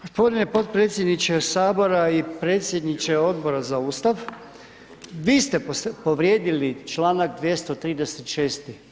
Gospodine podpredsjedniče Sabora i predsjedniče Odbora za Ustav, vi ste povrijedili članak 236.